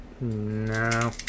No